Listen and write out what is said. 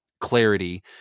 clarity